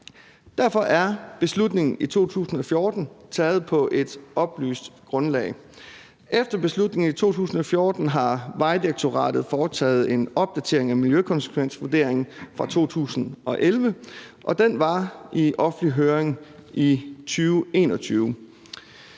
Derfor er beslutningen i 2014 taget på et oplyst grundlag. Efter beslutningen i 2014 har Vejdirektoratet foretaget en opdatering af miljøkonsekvensvurderingen fra 2011, og den var i offentlig høring i 2021.